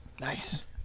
Nice